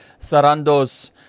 Sarandos